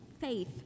faith